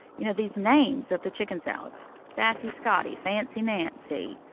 you know, these names of the chicken salads sassy scotty, fancy nancy,